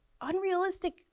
unrealistic